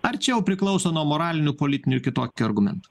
ar čia jau priklauso nuo moralinių politinių ir kitokių argumentų